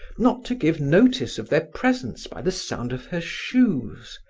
not to give notice of their presence by the sound of her shoes.